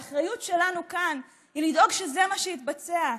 האחריות שלנו כאן היא לדאוג שזה מה שיתבצע.